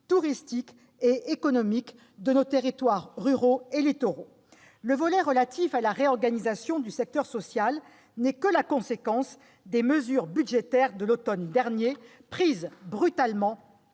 touristique et économique de nos territoires ruraux et littoraux. Le volet relatif à la réorganisation du secteur social n'est que la conséquence des mesures budgétaires de l'automne dernier prises brutalement